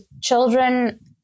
children